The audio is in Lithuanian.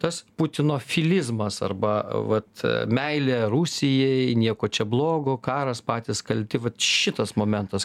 tas putinofilizmas arba vat meilė rusijai nieko čia blogo karas patys kalti šitas momentas